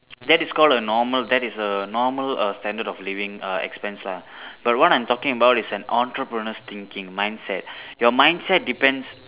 that is called a normal that is a normal err standard of living uh expense lah but what I'm talking about is an entrepreneur's thinking mindset your mindset depends